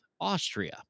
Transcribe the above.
Austria